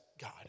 God